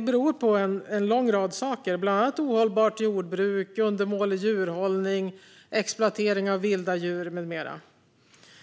beror på en lång rad faktorer, bland annat ohållbart jordbruk, undermålig djurhållning, exploatering av vilda djur med mera.